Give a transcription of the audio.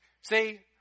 See